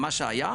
מה שהיה,